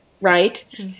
right